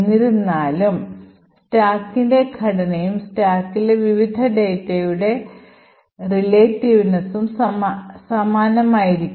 എന്നിരുന്നാലും സ്റ്റാക്കിന്റെ ഘടനയും സ്റ്റാക്കിലെ വിവിധ ഡാറ്റയുടെ ആപേക്ഷികതയും സമാനമായിരിക്കും